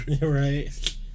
Right